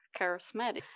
charismatic